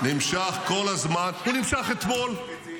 הוא לא מכיר אותו.